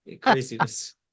Craziness